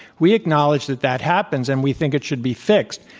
we acknowledge that that happens. and we think it should be fixed.